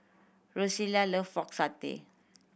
Rosella love Pork Satay